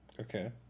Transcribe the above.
okay